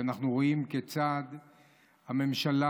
שאנחנו רואים כיצד הממשלה,